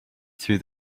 threw